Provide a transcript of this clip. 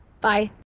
Bye